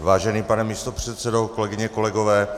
Vážený pane místopředsedo, kolegyně, kolegové.